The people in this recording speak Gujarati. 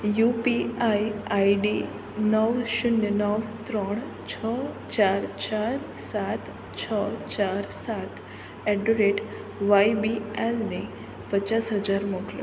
યુપીઆઈ આઈડી નવ શૂન્ય નવ ત્રણ છ ચાર ચાર સાત છ ચાર સાત એટ ધ રેટ વાયબીએલને પચાસ હજાર મોકલો